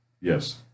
Yes